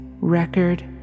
record